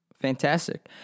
Fantastic